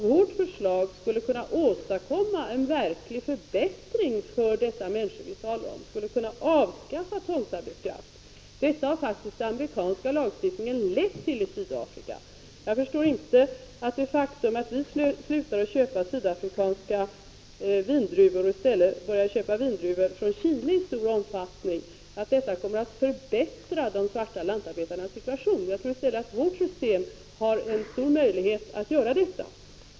Vårt förslag skulle kunna åstadkomma en verklig förbättring för de människor vi talar om och avskaffa tvångsarbetskraften. Detta har faktiskt den amerikanska lagstiftningen lett till i Sydafrika. Jag förstår inte att det faktum att vi slutar köpa sydafrikanska vindruvor och i stället börjar köpa vindruvor från Chile i stor omfattning skulle komma att förbättra de svarta lantarbetarnas situation. Jag tror i stället att vårt system har stor möjlighet att göra detta.